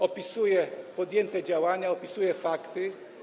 Opisuje podjęte działania, opisuje fakty.